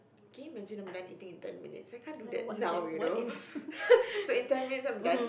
can you imagine I'm done eating in ten minutes I can't do that now you know so in ten minutes I'm done